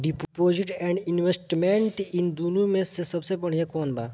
Deposit and investment इन दुनो मे से सबसे बड़िया कौन बा?